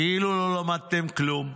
כאילו לא למדתם כלום,